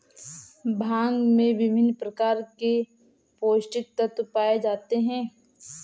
भांग में विभिन्न प्रकार के पौस्टिक तत्त्व पाए जाते हैं